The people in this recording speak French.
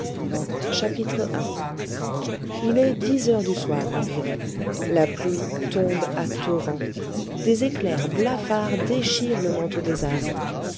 il est dix heures du soir environ la pluie tombe à torrents des éclairs blafards déchirent le manteau